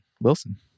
Wilson